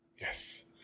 Yes